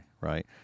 right